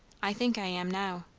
i think i am now.